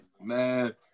Man